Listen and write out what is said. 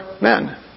men